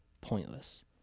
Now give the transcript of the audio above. pointless